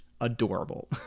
adorable